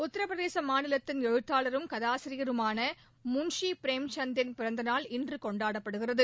உத்திரபிரதேச மாநிலத்தின் எழுத்தாளரும் கதாசிரியருமான முன்ஷி பிரேம் சந்தின் பிறந்த நாள் இன்று கொண்டாடப்படுகிறது